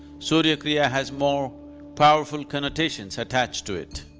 surya kriya has more powerful connotations attached to it.